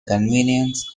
convenience